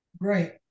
Great